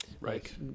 Right